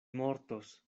mortos